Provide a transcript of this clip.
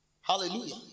Hallelujah